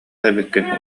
эбиккин